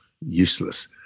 useless